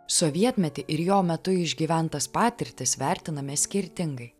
sovietmetį ir jo metu išgyventas patirtis vertiname skirtingai